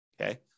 Okay